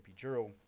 epidural